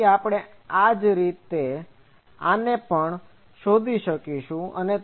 તેથી આપણે આ જ રીતે આને પણ શોધી શકીએ છીએ